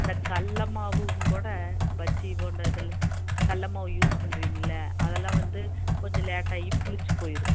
இந்த கடல மாவும் கூட பஜ்ஜி போண்டா இதெல்லாம் கடல மாவை யூஸ் பண்றிங்கஇல்ல அதெல்லாம் வந்து கொஞ்சம் லேட்டாகி புளித்து போயிடும்